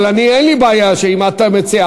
בעד, 57, אין מתנגדים ואין נמנעים.